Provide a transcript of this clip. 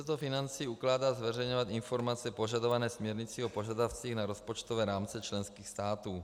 Ministerstvo financí ukládá zveřejňovat informace požadované směrnicí o požadavcích na rozpočtové rámce členských států.